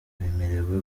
bemerewe